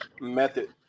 method